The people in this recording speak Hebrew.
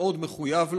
מאוד מאוד מחויב לו,